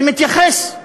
ומתייחס,